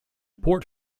port